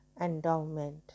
endowment